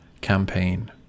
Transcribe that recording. campaign